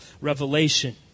revelation